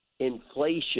inflation